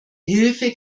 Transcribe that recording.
hilfe